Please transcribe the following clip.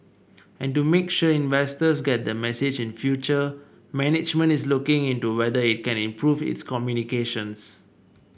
and to make sure investors get the message in future management is looking into whether it can improve its communications